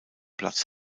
platz